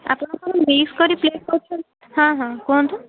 ଆପଣ କ'ଣ ମିକ୍ସ କରି ପ୍ଳେଟ୍ କରୁଛନ୍ତି ହଁ ହଁ କୁହନ୍ତୁ